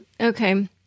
Okay